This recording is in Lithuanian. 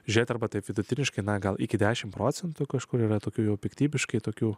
žiūrėti arba taip vidutiniškai na gal iki dešim procentų kažkur yra tokių jau piktybiškai tokių